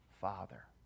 Father